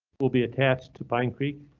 will be attached to pine creek.